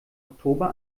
oktober